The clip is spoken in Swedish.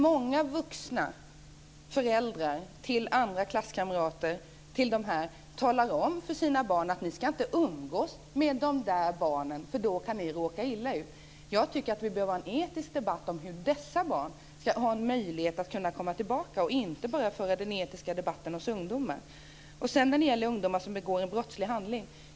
Många föräldrar till klasskamrater till dessa barn säger till sina barn: Ni ska inte umgås med de där barnen, för då kan ni råka illa ut. Jag tycker att vi behöver ha en etisk debatt om hur dessa barn ska ha en möjlighet att komma tillbaka, och inte bara föra den etiska debatten hos ungdomen. Så till frågan om ungdomar som begår en brottslig handling.